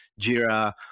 Jira